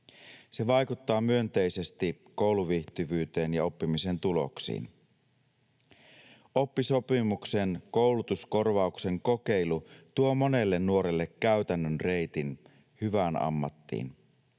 Se vaikuttaa myönteisesti kouluviihtyvyyteen ja oppimisen tuloksiin. Oppisopimuksen koulutuskorvauksen kokeilu tuo monelle nuorelle käytännön reitin hyvään ammattiin.